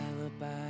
alibi